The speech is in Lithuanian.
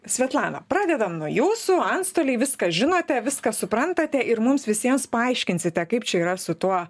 svetlana pradedam nuo jūsų antstoliai viską žinote viską suprantate ir mums visiems paaiškinsite kaip čia yra su tuo